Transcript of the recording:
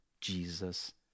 jesus